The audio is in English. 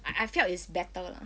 I I felt it's better lah